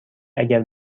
اگر